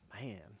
man